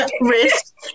risk